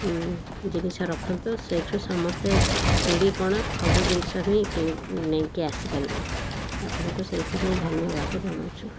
ଜିନିଷ ରଖନ୍ତୁ ସେହିଠୁ ସମସ୍ତେ ଚୁଡ଼ି କ'ଣ ସବୁ ଜିନିଷ ହିଁ କି ନେଇକି ଆସିପାରିବେ ଆପଣଙ୍କୁ ସେଥିପାଇଁ ଧନ୍ୟବାଦ ଜଣାଉଛୁ